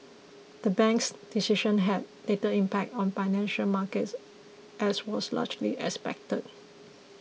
the bank's decision had little impact on financial markets as was largely expected